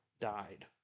died